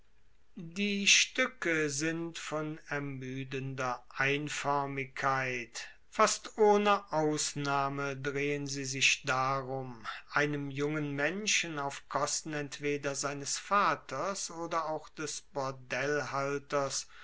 die stuecke sind von ermuedender einfoermigkeit fast ohne ausnahme drehen sie sich darum einem jungen menschen auf kosten entweder seines vaters oder auch des